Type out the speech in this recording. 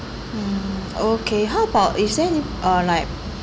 mm okay how about is there any uh like